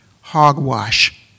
Hogwash